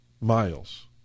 miles